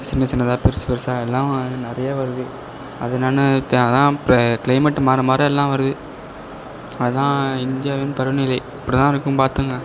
சின்ன சின்னதாக பெரிசு பெரிசா எல்லாம் நிறையா வருது அது என்னன்ன அதெலாம் இப்போ கிளைமெட்டு மாற மாற எல்லாம் வருது அதுதான் இந்தியாவின் பருவநிலை இப்படி தான் இருக்கும் பார்த்துகுங்க